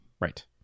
Right